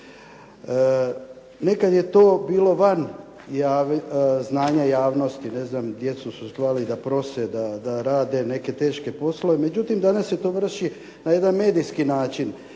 Nekad je to bilo van znanja javnosti, djecu su slali da prose, da rade neke teške poslove. Međutim, danas se to vrši na jedan medijski način.